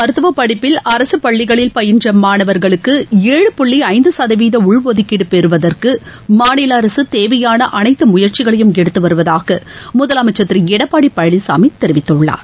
மருத்துவப்படிப்பில் அரசு பள்ளி மாணவர்களுக்கு ஏழு புள்ளி ஐந்து சதவீத உள்ஒதுக்கீடு பெறுவதற்கு மாநில அரசு தேவையான அனைத்து முயற்சிகளையும் எடுத்து வருவதாக முதலமைச்சர் திரு எடப்பாடி பழனிசாமி தெரிவித்துள்ளார்